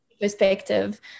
perspective